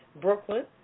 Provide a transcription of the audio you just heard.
Brooklyn